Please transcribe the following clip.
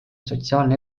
sotsiaalne